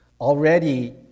Already